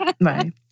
right